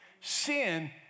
Sin